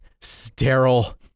sterile